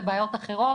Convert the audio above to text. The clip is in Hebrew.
לבעיות אחרות,